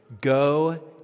go